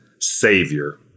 savior